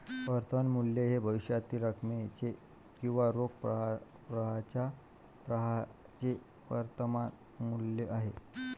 वर्तमान मूल्य हे भविष्यातील रकमेचे किंवा रोख प्रवाहाच्या प्रवाहाचे वर्तमान मूल्य आहे